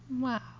Wow